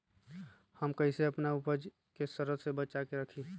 हम कईसे अपना उपज के सरद से बचा के रखी?